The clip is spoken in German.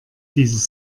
dieses